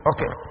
Okay